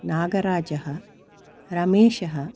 नागराजः रमेशः